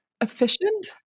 efficient